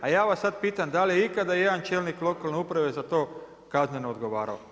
A ja vas sada pitam da li je ikada ijedan čelnik lokalne uprave za to kazneno odgovarao?